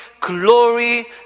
glory